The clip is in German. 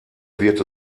wird